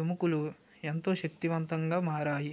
ఎముకలు ఎంతో శక్తివంతంగా మారాయి